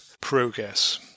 progress